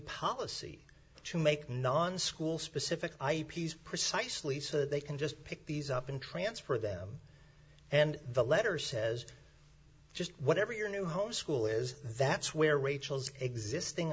policy to make non school specific piece precisely so they can just pick these up and transfer them and the letter says just whatever your new home school is that's where rachel's existing